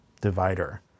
divider